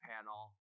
panel